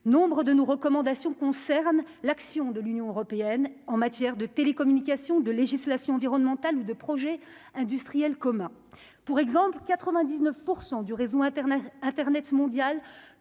nombres de nos recommandations concernent l'action de l'Union européenne en matière de télécommunications de législations environnementales ou de projets industriels communs pour exemple 99 % du réseau Internet